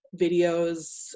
videos